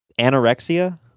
Anorexia